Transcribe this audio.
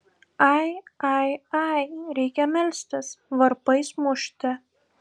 ai ai ai reikia melstis varpais mušti